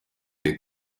des